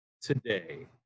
today